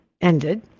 ended